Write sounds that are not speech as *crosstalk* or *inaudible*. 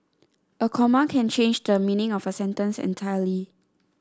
*noise* a comma can change the meaning of a sentence entirely